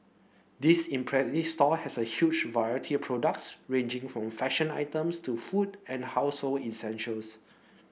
this impressive store has a huge variety of products ranging from fashion items to food and household essentials